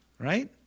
Right